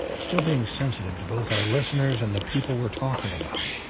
still being sensitive to both our listeners and the people we're talking about.